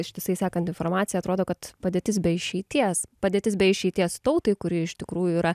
ištisai sekant informaciją atrodo kad padėtis be išeities padėtis be išeities tautai kuri iš tikrųjų yra